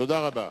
תודה רבה.